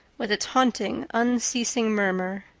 with its haunting, unceasing murmur.